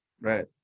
Right